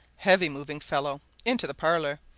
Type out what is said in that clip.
heavy-moving fellow into the parlour,